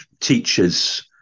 teachers